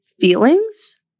feelings